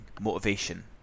motivation